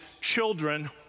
children